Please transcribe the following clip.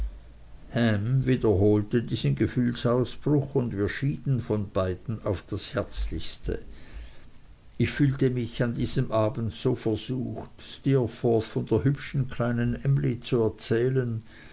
wiederholte diesen gefühlsausbruch und wir schieden von beiden auf das herzlichste ich fühlte mich an diesem abend versucht steerforth von der hübschen kleinen emly zu erzählen